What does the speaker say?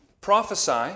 prophesy